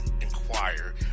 inquire